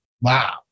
wow